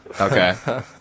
Okay